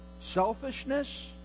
selfishness